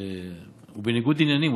הוא בניגוד עניינים,